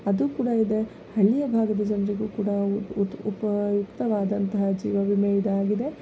ಅದು ಕೂಡ ಇದೆ ಹಳ್ಳಿಯ ಭಾಗದ ಜನರಿಗೂ ಕೂಡ ಉಪಯುಕ್ತವಾದಂತಹ ಜೀವವಿಮೆ ಇದಾಗಿದೆ